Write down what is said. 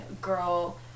girl